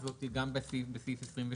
בסעיף 26